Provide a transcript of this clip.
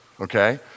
Okay